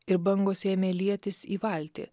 ir bangos ėmė lietis į valtį